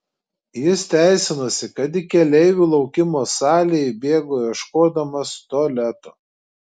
jis teisinosi kad į keleivių laukimo salę įbėgo ieškodamas tualeto